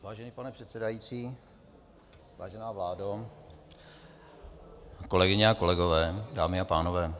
Vážený pane předsedající, vážená vládo, kolegyně a kolegové, dámy a pánové.